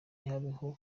ntihabeho